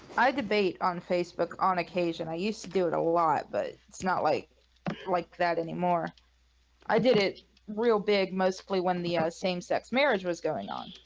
i debate on facebook on occasion i used to do it a lot, but it's not like like that anymore i did it real big mostly when the same-sex marriage was going on